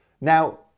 Now